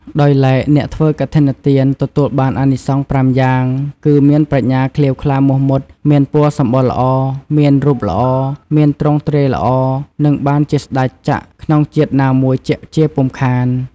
ដោយឡែកអ្នកធ្វើកឋិនទានទទួលបានអានិសង្ស៥យ៉ាងគឺ មានប្រាជ្ញាក្លៀវក្លាមុះមុត មានពណ៌សម្បុរល្អ មានរូបល្អ មានទ្រង់ទ្រាយល្អ នឹងបានជាស្តេចចក្រក្នុងជាតិណាមួយជាក់ជាពុំខាន។